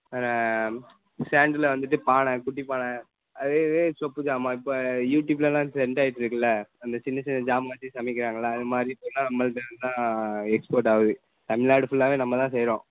வேற சாண்டில் வந்துட்டு பானை குட்டி பானை அதே இது சொப்பு ஜாமான் இப்போ யூட்யூப்லல்லாம் ட்ரண்ட் ஆகிட்டு இருக்குதுல்ல அந்த சின்ன சின்ன ஜாமான் வச்சி சமைக்கிறாங்கள்ல அது மாதிரி பொருளெலாம் நம்மள்ட்ட இருந்து தான் எக்ஸ்போர்ட் ஆகுது தமிழ்நாடு ஃபுல்லாவே நம்ம தான் செய்கிறோம்